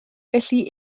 felly